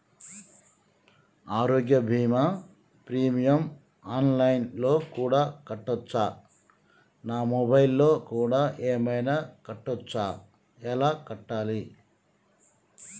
ఆరోగ్య బీమా premium online లో కూడా కట్టచ్చా? నా మొబైల్లో కూడా ఏమైనా కట్టొచ్చా? ఎలా కట్టాలి?